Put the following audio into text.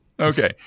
okay